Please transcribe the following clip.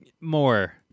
More